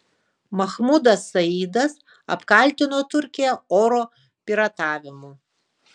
mahmudas saidas apkaltino turkiją oro piratavimu